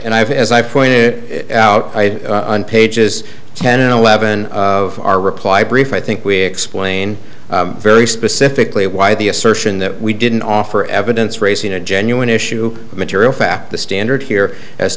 have as i pointed out and pages ten eleven of our reply brief i think we explain very specifically why the assertion that we didn't offer evidence raising a genuine issue of material fact the standard here as